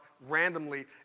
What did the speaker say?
randomly